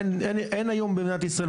אין היום במדינת ישראל,